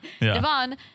Devon